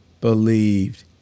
believed